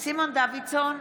סימון דוידסון,